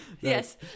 Yes